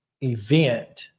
event –